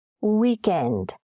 weekend